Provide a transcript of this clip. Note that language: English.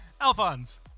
Alphonse